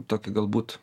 tokį galbūt